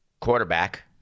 quarterback